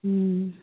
హ